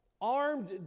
armed